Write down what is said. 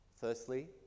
firstly